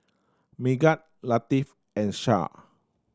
Megat Latif and Shah